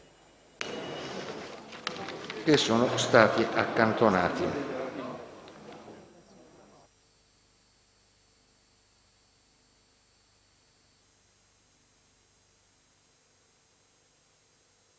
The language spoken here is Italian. e sono stati accantonati